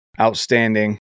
outstanding